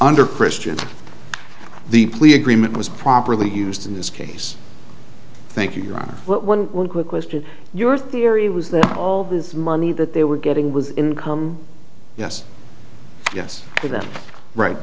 under christian the plea agreement was properly used in this case thank you ron one quick question your theory was that all this money that they were getting was income yes yes that's right